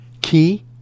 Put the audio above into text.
Key